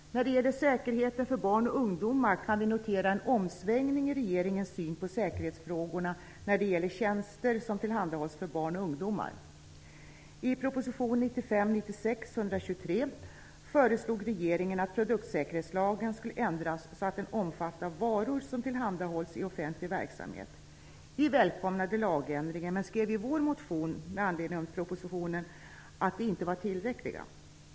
Vi kan notera en omsvängning i regeringens syn på säkerhetsfrågorna när det gäller tjänster som tillhandahålls för barn och ungdomar. I proposition 1995/96:123 föreslog regeringen att produktsäkerhetslagen skulle ändras så att den omfattar varor som tillhandahålls i offentlig verksamhet. Vi välkomnade lagändringen men skrev i vår motion med anledning av propositionen att den inte var tillräcklig.